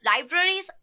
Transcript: libraries